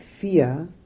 fear